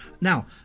Now